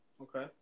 Okay